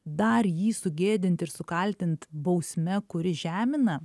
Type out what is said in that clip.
dar jį sugėdint ir sukaltint bausme kuri žemina